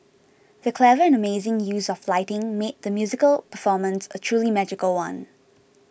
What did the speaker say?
the clever and amazing use of lighting made the musical performance a truly magical one